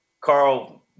carl